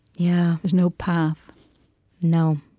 yeah there's no path no.